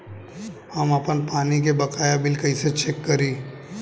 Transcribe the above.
हम आपन पानी के बकाया बिल कईसे चेक करी?